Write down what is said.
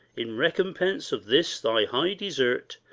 in recompense of this thy high desert,